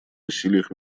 усилиях